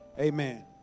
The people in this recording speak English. Amen